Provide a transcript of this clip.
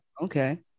Okay